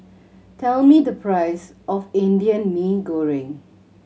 tell me the price of Indian Mee Goreng